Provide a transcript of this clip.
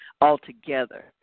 altogether